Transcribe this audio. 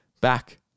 back